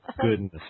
Goodness